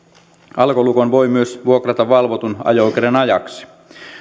alkolukon voi myös vuokrata valvotun ajo oikeuden ajaksi